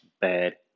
bad